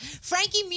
Frankie